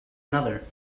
another